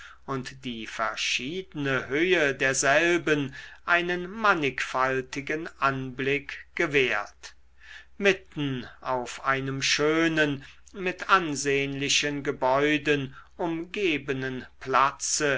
und die verschiedene höhe derselben einen mannigfaltigen anblick gewährt mitten auf einem schönen mit ansehnlichen gebäuden umgebenen platze